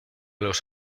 los